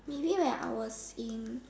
maybe when I was in